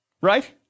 Right